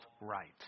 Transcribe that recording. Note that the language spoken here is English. right